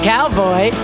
Cowboy